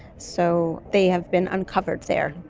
so, they have been uncovered there.